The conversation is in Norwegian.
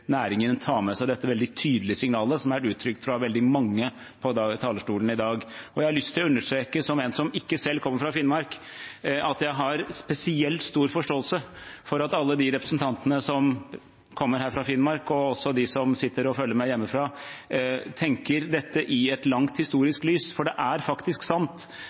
næringen tar med seg dette veldig tydelige signalet, som har vært uttrykt fra veldig mange på talerstolen i dag. Jeg har lyst til å understreke, som en som ikke selv kommer fra Finnmark, at jeg har spesielt stor forståelse for at alle representantene som kommer fra Finnmark, og også de som sitter og følger med hjemmefra, tenker dette i et langt historisk lys. Det er faktisk sant